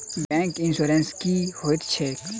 Bank insurance की होइत छैक?